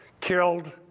killed